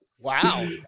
Wow